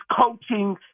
coaching